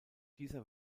dieser